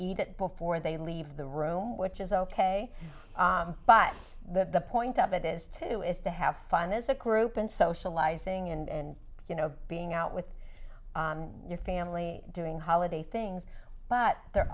eat it before they leave the room which is ok but the point of it is to is to have fun as a group and socializing and you know being out with your family doing holiday things but the